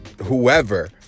whoever